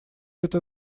это